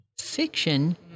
fiction